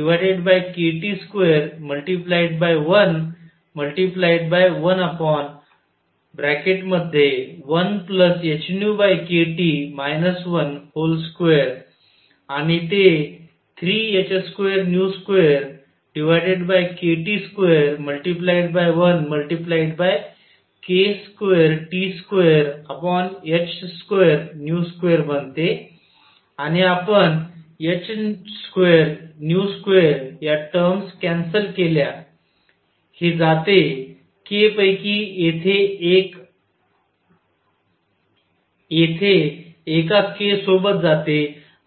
आणि म्हणून C 3h22kT2× 1 ×11hνkT 12 आणि ते 3h22kT2×1×k2T2h22 बनते आणि आपणh22 या टर्म्स कॅन्सल केल्या हे जाते k पैकी एक येथे एका k सोबत जाते